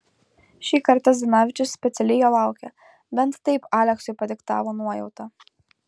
šį kartą zdanavičius specialiai jo laukė bent taip aleksui padiktavo nuojauta